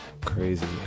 Crazy